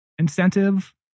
Incentive